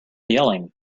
yelling